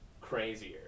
crazier